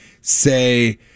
say